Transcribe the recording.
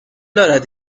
دارد